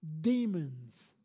demons